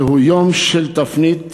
שזהו יום של תפנית